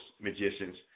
magicians